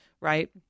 Right